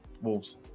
Wolves